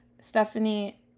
Stephanie